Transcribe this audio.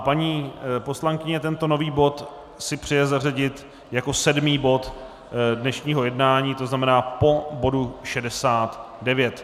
Paní poslankyně si tento nový bod přeje zařadit jako sedmý bod dnešního jednání, to znamená po bodu 69.